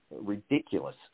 ridiculous